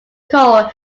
called